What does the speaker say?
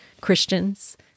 Christians